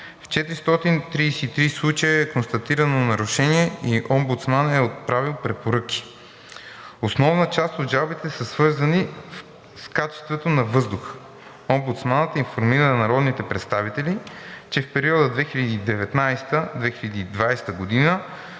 В 433 случая е констатирано нарушение и омбудсманът е отправил препоръки. Основна част от жалбите са свързани с качеството на въздуха. Омбудсманът информира народните представители, че в периода 2019 – 2020 г. са